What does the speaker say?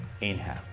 inhale